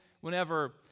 whenever